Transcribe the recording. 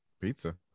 Pizza